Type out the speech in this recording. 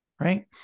right